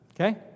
Okay